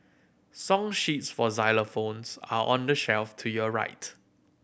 song sheets for xylophones are on the shelf to your right